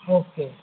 okay